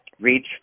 Reach